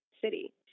city